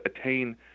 attain